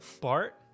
BART